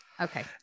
Okay